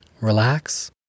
relax